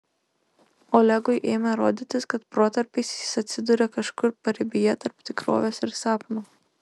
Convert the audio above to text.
olegui ėmė rodytis kad protarpiais jis atsiduria kažkur paribyje tarp tikrovės ir sapno